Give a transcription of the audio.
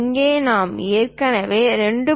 இங்கே நாம் ஏற்கனவே 2